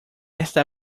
esta